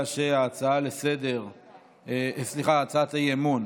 שההצעה לסדר, סליחה, הצעת האי-אמון